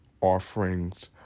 offerings